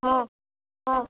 हा हा